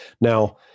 now